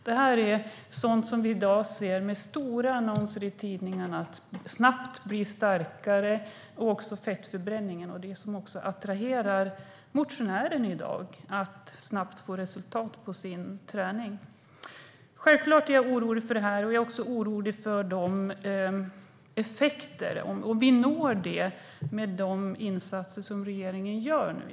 Det här är sådant som vi i dag ser i stora annonser i tidningarna. Det handlar om att snabbt bli starkare och förbränna fett. Det attraherar också motionärer i dag som vill få snabba resultat av sin träning. Självklart är jag orolig för det här. Jag är också orolig för om vi ska uppnå effekter med de insatser som regeringen nu gör.